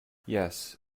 yes